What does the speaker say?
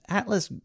atlas